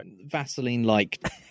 Vaseline-like